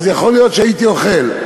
יכול להיות שהייתי אוכל.